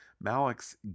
Malik's